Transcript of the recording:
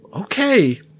okay